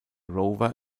rover